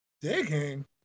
Digging